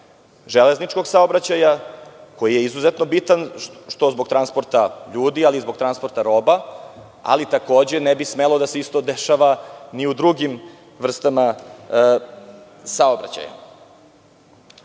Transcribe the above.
železničkog saobraćaja, koji je izuzetno bitan, što zbog transporta ljudi, ali i zbog transporta roba, ali takođe ne bi smelo da se isto dešava ni u drugim vrstama saobraćaja. Naravno,